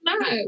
No